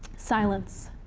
silence.